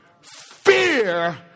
Fear